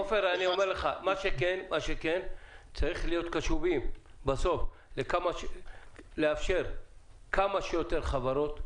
עופר, צריך להיות קשובים לאפשר לכמה שיותר חברות,